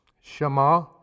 shema